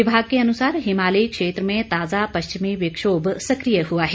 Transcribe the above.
विभाग के अनुसार हिमालयी क्षेत्र में ताजा पश्चिमी विक्षोम सक्रिय हुआ है